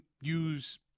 use